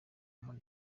muri